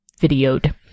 videoed